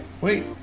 wait